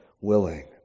willing